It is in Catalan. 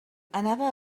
anava